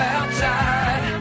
outside